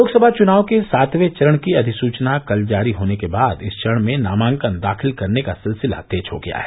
लोकसभा चुनाव के सातवें चरण की अधिसूचना कल जारी होने के बाद इस चरण में नामांकन दाखिल करने का सिलसिला तेज हो गया है